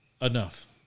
enough